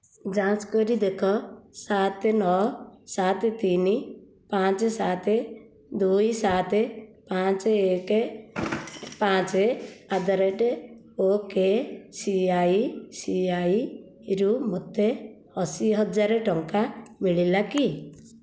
ଯାଞ୍ଚ କରି ଦେଖ ସାତ ନଅ ସାତ ତିନି ପାଞ୍ଚ ସାତ ଦୁଇ ସାତ ପାଞ୍ଚ ଏକ ପାଞ୍ଚ at the rate okay C I C I ରୁ ମୋତେ ଅଶୀ ହଜାର ଟଙ୍କା ମିଳିଲା କି